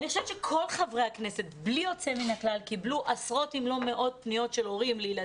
אני רוצה לדבר על כמה וכמה סוגים של ילדים.